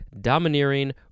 domineering